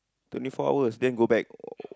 twenty four hours then go back